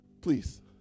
Please